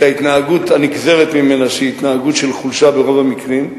את ההתנהגות הנגזרת ממנה שהיא התנהגות של חולשה ברוב המקרים,